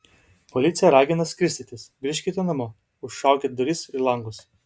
policija ragina skirstytis grįžkite namo užšaukit duris ir langus